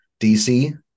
DC